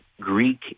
greek